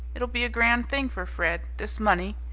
it'll be a grand thing for fred, this money.